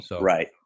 Right